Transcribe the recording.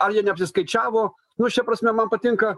ar jie neapsiskaičiavo nu šia prasme man patinka